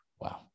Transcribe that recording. Wow